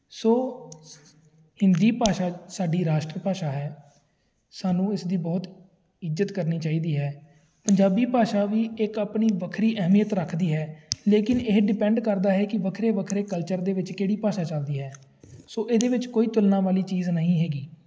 ਸੋ ਹਿੰਦੀ ਭਾਸ਼ਾ ਸਾਡੀ ਰਾਸ਼ਟਰ ਭਾਸ਼ਾ ਹੈ ਸਾਨੂੰ ਇਸਦੀ ਬਹੁਤ ਇੱਜ਼ਤ ਕਰਨੀ ਚਾਹੀਦੀ ਹੈ ਪੰਜਾਬੀ ਭਾਸ਼ਾ ਵੀ ਇੱਕ ਆਪਣੀ ਵੱਖਰੀ ਅਹਿਮੀਅਤ ਰੱਖਦੀ ਹੈ ਲੇਕਿਨ ਇਹ ਡਿਪੈਂਡ ਕਰਦਾ ਹੈ ਕਿ ਵੱਖਰੇ ਵੱਖਰੇ ਕਲਚਰ ਦੇ ਵਿੱਚ ਕਿਹੜੀ ਭਾਸ਼ਾ ਚਲਦੀ ਹੈ ਸੋ ਇਹਦੇ ਵਿੱਚ ਕੋਈ ਤੁਲਨਾ ਵਾਲੀ ਚੀਜ਼ ਨਹੀਂ ਹੈਗੀ